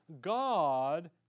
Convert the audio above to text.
God